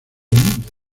mundo